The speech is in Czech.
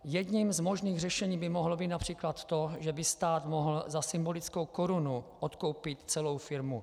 Jedním z možných řešení by mohlo být například to, že by stát mohl za symbolickou korunu odkoupit celou firmu.